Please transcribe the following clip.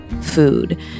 food